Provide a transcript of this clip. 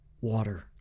water